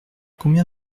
combien